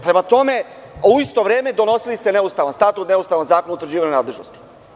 Prema tome, u isto vreme donosili ste neustavan Statut, neustavan Zakon o utvrđivanju nadležnosti.